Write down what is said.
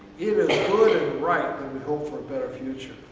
it is good and right that we hope for a better future.